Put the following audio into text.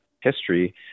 history